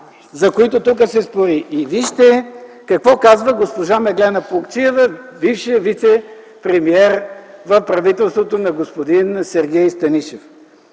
за които тук се спори. И вижте какво казва госпожа Меглена Плугчиева – бившият вицепремиер в правителството на господин Сергей Станишев: